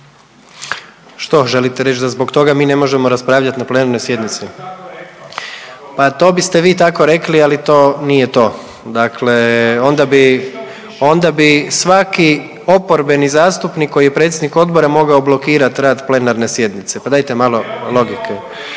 Što želite reći, da zbog toga mi ne možemo raspravljat na plenarnoj sjednici? …/Upadica Brumnić se ne razumije/…. Pa to biste vi tako rekli, ali to nije to, dakle onda bi, onda bi svaki oporbeni zastupnik koji je predsjednik odbora mogao blokirat rad plenarne sjednice, pa dajte malo logike.